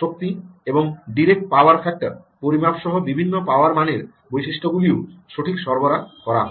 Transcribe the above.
শক্তি এবং direct power factor পরিমাপ সহ বিভিন্ন পাওয়ার মানের বৈশিষ্ট্যগুলিও সঠিক সরবরাহ করা হয়